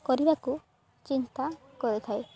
କରିବାକୁ ଚିନ୍ତା କରିଥାଏ